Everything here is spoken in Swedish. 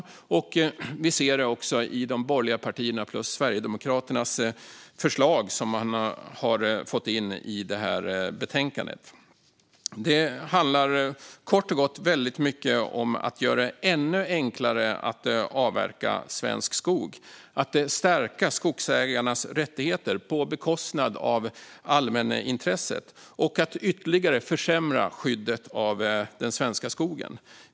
Vi ser det också i de borgerliga partiernas plus Sverigedemokraternas förslag som man har fått in i detta betänkande. Det handlar kort och gott väldigt mycket om att göra det ännu enklare att avverka svensk skog, att stärka skogsägarnas rättigheter på bekostnad av allmänintresset och att ytterligare försämra skyddet av den svenska skogen.